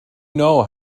know